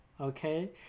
Okay